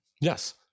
Yes